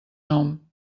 nom